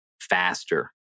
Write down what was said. faster